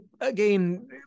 again